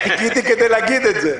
חיכיתי כדי להגיד את זה.